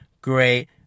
great